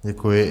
Děkuji.